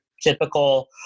typical